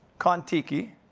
kon-tiki,